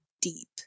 deep